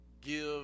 give